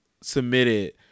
submitted